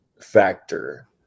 factor